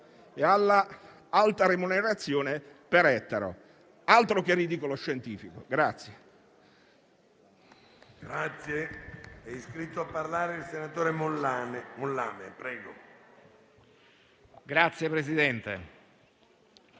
e all'alta remunerazione per ettaro: altro che ridicolo scientifico!